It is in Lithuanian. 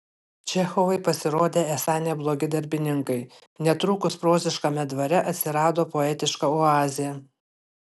čechovai pasirodė esą neblogi darbininkai netrukus proziškame dvare atsirado poetiška oazė